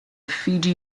fiji